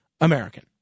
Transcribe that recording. American